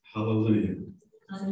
Hallelujah